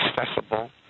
accessible